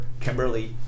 Kimberly